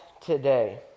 today